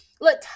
look